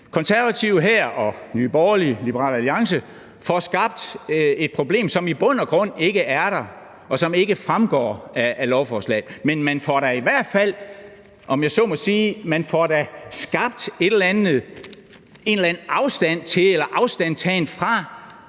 Konservative, Nye Borgerlige og Liberal Alliance her får skabt et problem, som i bund og grund ikke er der, og som ikke fremgår af lovforslaget. Men man får da i hvert fald, om jeg så må sige, skabt en eller anden afstand til eller afstandtagen fra,